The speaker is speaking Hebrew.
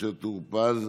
משה טור פז,